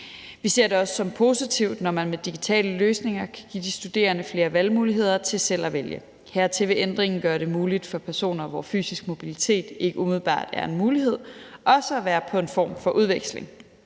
Vi ser det også som positivt, når man med digitale løsninger kan give de studerende flere valgmuligheder med hensyn til selv at vælge. Desuden vil ændringen gøre det muligt for personer, for hvem fysisk mobilitet ikke umiddelbart er en mulighed, også at være på en form for udveksling.